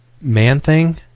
Man-Thing